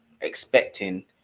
expecting